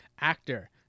actor